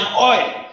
oil